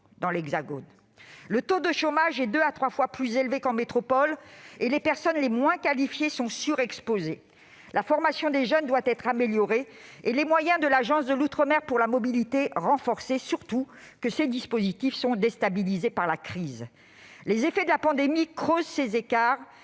dans l'Hexagone. Le taux de chômage est deux à trois fois plus élevé qu'en métropole. Les personnes les moins qualifiées y sont surexposées. Par conséquent, la formation des jeunes doit être améliorée, et il faut renforcer les moyens de l'Agence de l'outre-mer pour la mobilité, d'autant plus que ses dispositifs sont déstabilisés par la crise. Les effets de la pandémie creusent les écarts